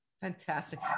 Fantastic